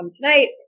tonight